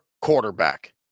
quarterback